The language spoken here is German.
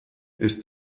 ist